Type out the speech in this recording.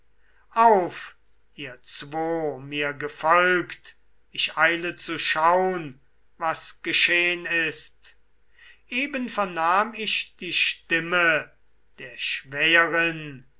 auf ihr zwo mir gefolgt ich eile zu schaun was geschehn ist eben vernahm ich die stimme der